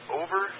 over